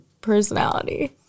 personality